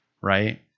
right